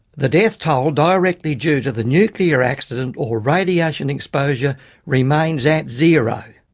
the death toll directly due to the nuclear accident or radiation exposure remains at zero.